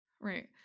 Right